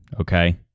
okay